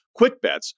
QuickBets